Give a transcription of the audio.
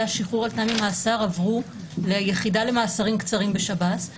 השחרור על תנאי ממאסר עברו ליחידה למאסרים קצרים בשב"ס,